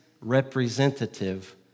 representative